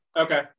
Okay